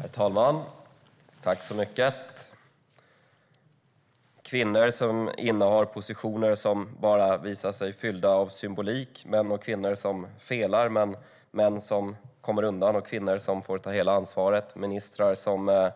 Herr talman! Tack så mycket! Kvinnor som innehar positioner som bara visar sig fyllda av symbolik, män och kvinnor som felar men män som kommer undan och kvinnor som får ta hela ansvaret, ministrar som